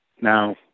Now